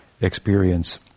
experience